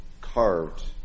carved